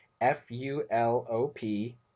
F-U-L-O-P